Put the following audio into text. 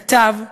כתב: